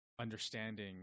understanding